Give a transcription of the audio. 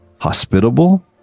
hospitable